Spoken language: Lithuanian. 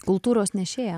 kultūros nešėja